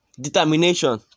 determination